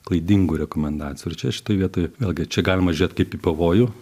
klaidingų rekomendacijų ir čia šitoj vietoj vėlgi čia galima žiūrėt kaip į pavojų